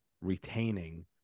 retaining